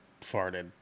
farted